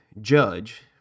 Judge